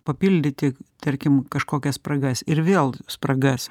papildyti tarkim kažkokias spragas ir vėl spragas